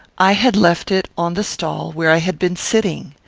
i had left it on the stall where i had been sitting.